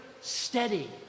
steady